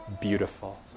beautiful